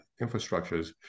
infrastructures